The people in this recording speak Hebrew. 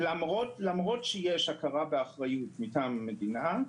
למרות שיש הכרה באחריות מטעם המדינה,